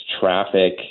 traffic